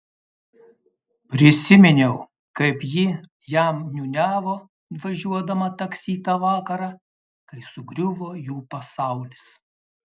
prisiminiau kaip ji jam niūniavo važiuodama taksi tą vakarą kai sugriuvo jų pasaulis